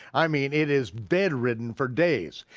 i mean, it is bedridden for days.